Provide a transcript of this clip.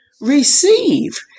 receive